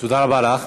תודה רבה לך.